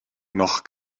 noch